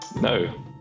No